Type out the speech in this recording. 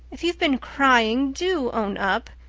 if you've been crying do own up.